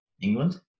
England